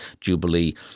Jubilee